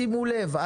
שימו לב,